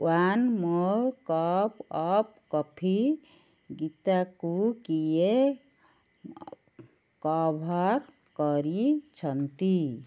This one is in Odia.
one more cup of coffee ଗୀତକୁ କିଏ କଭର୍ କରିଛନ୍ତି